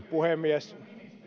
puhemies